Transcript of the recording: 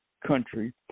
country